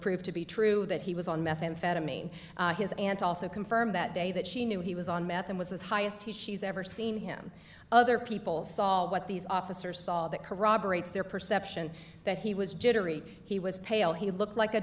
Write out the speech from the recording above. proved to be true that he was on methamphetamine his aunt also confirmed that day that she knew he was on meth and was the highest he's ever seen him other people saw what these officers saw that corroborates their perception that he was jittery he was pale he looked like a